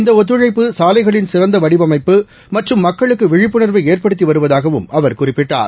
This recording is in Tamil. இந்தஒத்துழைப்பு சாலைகளின் சிறந்தவடிவமைப்பு மற்றும் மக்களுக்குவிழிப்புணர்வைஏற்படுத்திவருவதாகவும் அவர் குறிப்பிட்டார்